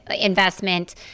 investment